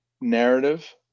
narrative